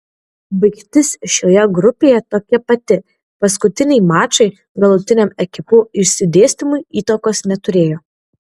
baigtis šioje grupėje tokia pati paskutiniai mačai galutiniam ekipų išsidėstymui įtakos neturėjo